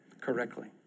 correctly